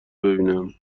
ببینم